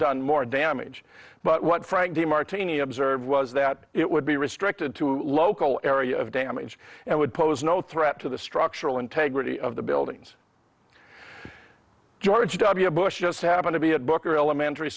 done more damage but what frank de martini observed was that it would be restricted to local area of damage and would pose no threat to the structural integrity of the buildings george w bush just happened to be at booker elementary